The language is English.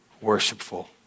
worshipful